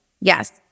Yes